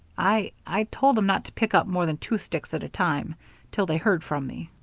i i told em not to pick up more than two sticks at a time till they heard from me.